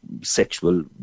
sexual